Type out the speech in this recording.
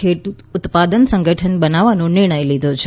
ખેડૂત ઉત્પાદન સંગઠન બનાવવાનો નિર્ણય લીધો છે